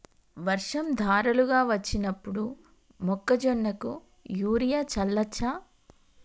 వర్షం ధారలుగా వచ్చినప్పుడు మొక్కజొన్న కు యూరియా చల్లచ్చా?